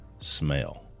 smell